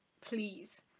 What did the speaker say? please